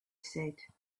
said